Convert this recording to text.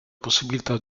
possibilità